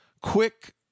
quick